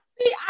see